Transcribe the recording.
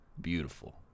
beautiful